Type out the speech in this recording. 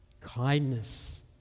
kindness